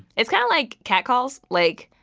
it's kind of like cat calls. like,